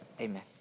amen